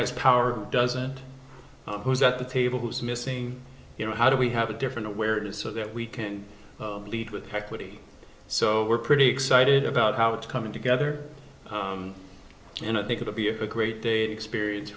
has power doesn't who's at the table who's missing you know how do we have a different awareness so that we can lead with equity so we're pretty excited about how it's coming together and i think it'll be a great day experience